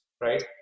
right